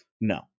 no